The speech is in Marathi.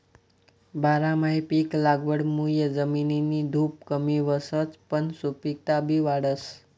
बारमाही पिक लागवडमुये जमिननी धुप कमी व्हसच पन सुपिकता बी वाढस